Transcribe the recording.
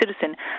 citizen